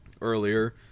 earlier